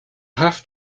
have